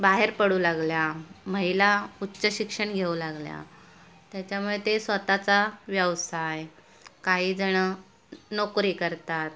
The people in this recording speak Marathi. बाहेर पडू लागल्या महिला उच्च शिक्षण घेऊ लागल्या त्याच्यामुळे ते स्वतःचा व्यवसाय काही जणं नोकरी करतात